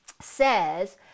says